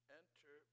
enter